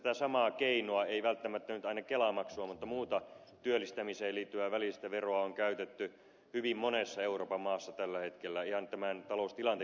tätä samaa keinoa ei välttämättä nyt aina kelamaksua mutta muuta työllistämiseen liittyvää välillistä veroa on käytetty hyvin monessa euroopan maassa tällä hetkellä ihan nyt tämän taloustilanteenkin johdosta